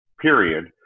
period